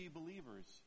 believers